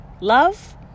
love